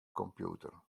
computer